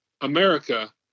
America